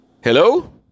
Hello